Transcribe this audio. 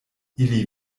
ili